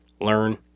learn